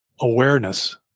awareness